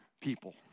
people